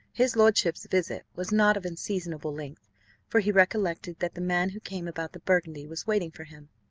his lordship's visit was not of unseasonable length for he recollected that the man who came about the burgundy was waiting for him.